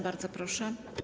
Bardzo proszę.